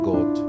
God